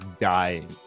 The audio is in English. dying